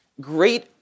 great